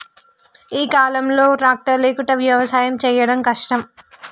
ఈ కాలం లో ట్రాక్టర్ లేకుండా వ్యవసాయం చేయడం కష్టం